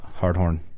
Hardhorn